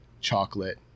chocolate